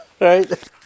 right